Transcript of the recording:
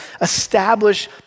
establish